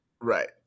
Right